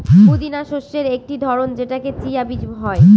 পুদিনা শস্যের একটি ধরন যেটাতে চিয়া বীজ হয়